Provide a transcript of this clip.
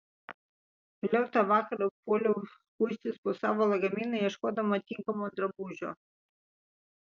vėliau tą vakarą puoliau kuistis po savo lagaminą ieškodama tinkamo drabužio